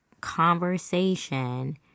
conversation